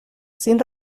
sin